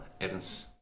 Evans